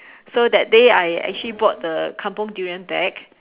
so that day I actually bought the kampung durian back